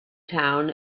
town